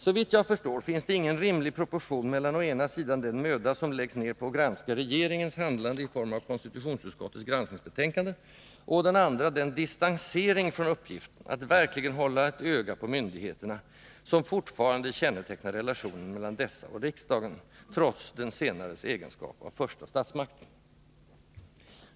Såvitt jag förstår finns det ingen rimlig proportion mellan å ena sidan den möda som läggs ner på att granska regeringens handlande i form av konstitutionsutskottets granskningsbetänkande och å den andra den distansering från uppgiften att verkligen också hålla ett öga på myndigheterna som fortfarande kännetecknar relationen mellan dessa och riksdagen trots den senares nya egenskap av första statsmakt.